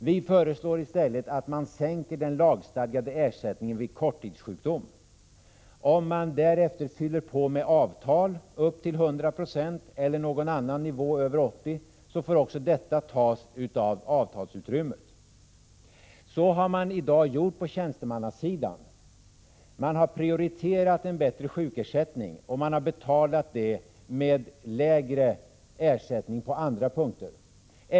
Vi föreslår att man i stället sänker den lagstadgade ersättningen vid korttidssjukdom. Om man därefter fyller på med avtal upp till 100 26 eller någon annan nivå över 80 96, får också detta tas av avtalsutrymmet. Så har man i dag gjort på tjänstemannasidan. Man har prioriterat en bättre sjukersättning och betalat det med lägre ersättning på andra punkter.